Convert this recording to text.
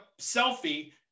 selfie